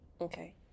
Okay